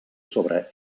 sobre